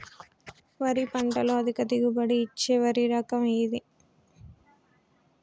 వరి పంట లో అధిక దిగుబడి ఇచ్చే వరి రకం ఏది?